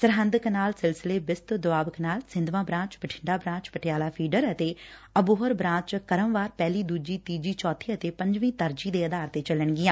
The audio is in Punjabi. ਸਰਹਿਦ ਕੈਨਾਲ ਸਿਲਸਿਲੇ Bist Doab canal Sidhwan branch Bathinda branch Patiala feeder ਅਤੇ ਅਬੋਹਰ ਬਾਂਚ ਕੁਮਵਾਰ ਪਹਿਲੀ ਦਜੀ ਤੀਜੀ ਚੌਬੀ ਅਤੇ ਪੰਜਵੀਂ ਤਰਜੀਹ ਦੇ ਆਧਾਰ ਤੇ ਚੱਲਣਗੀਆਂ